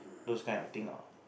those kind of thing ah